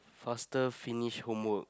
faster finish homework